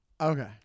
Okay